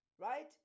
Right